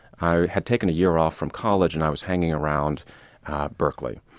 i had taken a year off from college and i was hanging around berkeley,